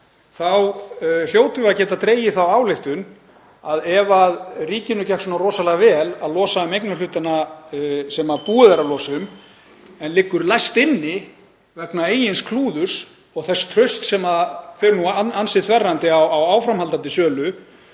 þá hljótum við að geta dregið þá ályktun að ef ríkinu gekk svona rosalega vel að losa um eignarhlutana sem búið er að losa um en það liggur læst inni vegna eigin klúðurs og þess trausts sem fer nú þverrandi á áframhaldandi sölu,